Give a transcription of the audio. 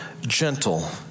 gentle